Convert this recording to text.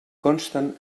consten